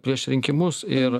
prieš rinkimus ir